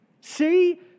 See